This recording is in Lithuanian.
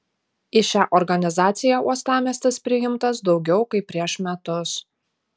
į šią organizaciją uostamiestis priimtas daugiau kaip prieš metus